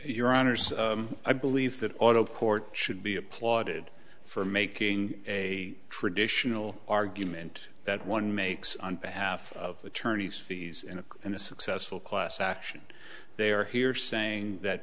your honors i believe that auto court should be applauded for making a traditional argument that one makes on behalf of attorney's fees and then a successful class action they are here saying that